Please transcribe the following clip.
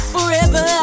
Forever